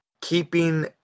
keeping